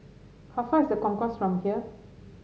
how far is The Concourse from here